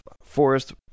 forest